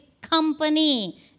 company